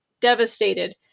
devastated